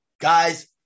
guys